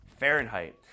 Fahrenheit